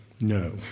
no